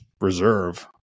reserve